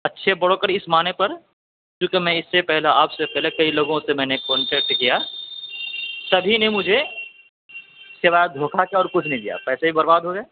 اچھے بروکر اس معنی پر کیونکہ میں اس سے پہلے آپ سے پہلے کئی لوگوں سے میں نے کانٹیکٹ کیا سبھی نے مجھے سوائے دھوکہ کے اور کچھ نہیں دیا پیسے بھی برباد ہو گیے